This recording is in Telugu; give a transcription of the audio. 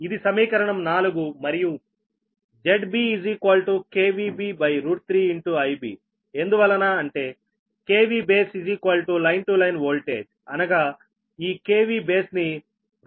ఇది సమీకరణం 4 మరియు ZBB3IB ఎందువలన అంటే kV base line to line voltage అనగా ఈ KV బేస్ ని 3 తో విభజించండి